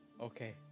okay